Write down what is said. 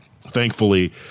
Thankfully